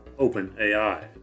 OpenAI